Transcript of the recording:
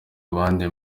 abandi